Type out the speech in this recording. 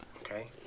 Okay